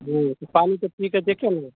तो पानी के पी के देखेंगे